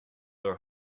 are